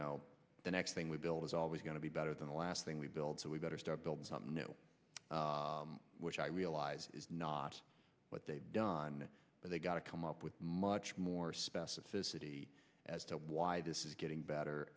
know the next thing we build is always going to be better than the last thing we build so we better start building something new which i realize is not what they've done but they've got to come up with much more specificity as to why this is getting better